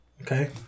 Okay